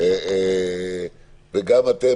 וגם אתם,